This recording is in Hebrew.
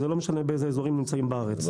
ולא משנה היכן נמצאים בארץ.